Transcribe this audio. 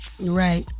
Right